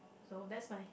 so that's my